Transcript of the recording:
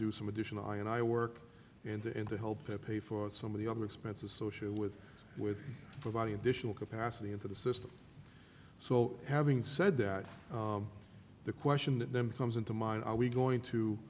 do some additional i and i work in the end to help pay for some of the other expenses associated with with providing additional capacity into the system so having said that the question that then comes into mind are we going to